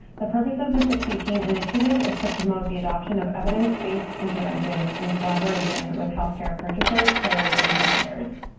the purpose of the six eighteen initiative is to promote the adoption of evidence-based interventions in collaboration with health care purchasers, payers, and providers.